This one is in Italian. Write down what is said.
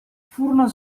furono